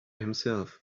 himself